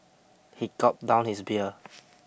he gulped down his beer